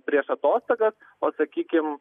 prieš atostogas o sakykim